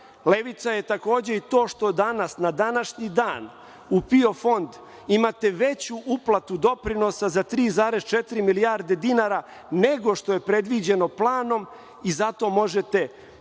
Levica je, takođe, i to što danas, na današnji dan, u PIO fond imate veću uplatu doprinosa za 3,4 milijarde dinara, nego što je predviđeno planom i zato možete